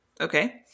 okay